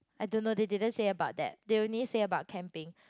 I don't know they didn't say about that they only say about camping